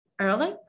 early